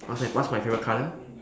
what's my what's my favourite colour